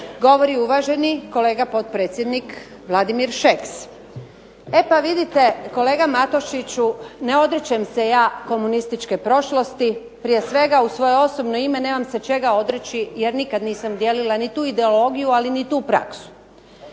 govori uvaženi kolega potpredsjednik Vladimir Šeks. E pa vidite, kolega Matošiću, ne odričem se ja komunističke prošlosti. Prije svega u svoje osobno ime nemam se čega odreći jer nikad nisam dijelila ni tu ideologiju, ali ni tu praksu.